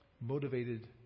motivated